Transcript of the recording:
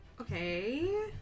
okay